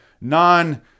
non